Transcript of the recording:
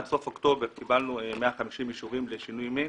עד סוף אוקטובר קיבלנו 150 אישורים לשינוי מין.